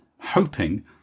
hoping